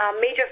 major